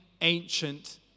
ancient